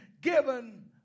given